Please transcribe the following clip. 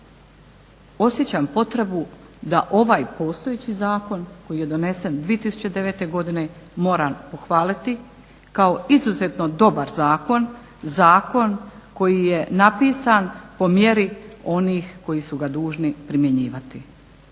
osjećam potrebu da ovaj postojeći zakon koji je donesen 2009. godine moram pohvaliti kao izuzetno dobar zakon, zakon koji je napisan po mjeri onih koji su ga dužni primjenjivati.